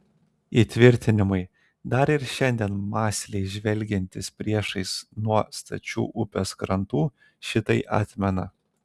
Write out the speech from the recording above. įtvirtinimai dar ir šiandien mąsliai žvelgiantys priešais nuo stačių upės krantų šitai atmena